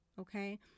okay